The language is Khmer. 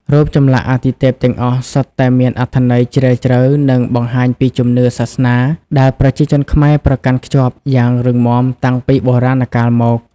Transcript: រូបចម្លាក់អាទិទេពទាំងអស់សុទ្ធតែមានអត្ថន័យជ្រាលជ្រៅ និងបង្ហាញពីជំនឿសាសនាដែលប្រជាជនខ្មែរប្រកាន់ខ្ជាប់យ៉ាងរឹងមាំតាំងពីបុរាណកាលមក។